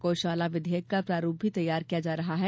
गौ शाला विधेयक का प्रारूप भी तैयार किया जा रहा है